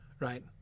Right